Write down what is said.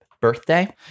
birthday